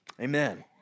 Amen